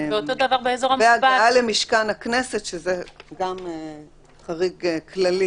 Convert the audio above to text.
והגעה למשכן הכנסת שזה גם חריג כללי